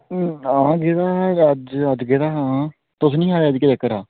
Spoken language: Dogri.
आं गेदा हा अज्ज गेदा हा आं तुस निं आये केह् चक्कर ऐ